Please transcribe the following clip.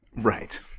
Right